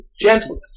gentleness